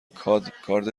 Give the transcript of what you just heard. کارد